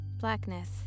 Blackness